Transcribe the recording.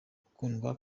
ukundwa